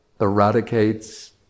eradicates